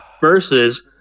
versus